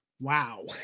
wow